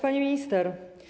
Pani Minister!